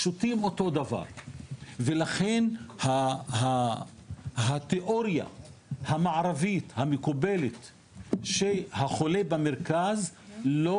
שותים אותו דבר ולכן התאוריה המערבית המקובלת של החולה במרכז לא